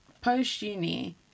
post-uni